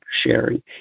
sharing